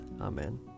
Amen